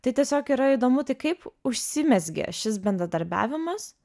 tai tiesiog yra įdomu tai kaip užsimezgė šis bendradarbiavimas